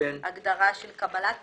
הגדרה של קבלת פיקדונות,